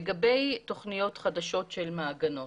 לגבי תוכניות חדשות של מעגנות.